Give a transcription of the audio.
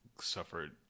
suffered